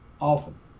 awesome